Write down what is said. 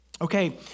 Okay